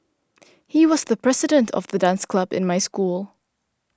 he was the president of the dance club in my school